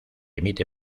emite